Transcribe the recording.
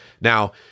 Now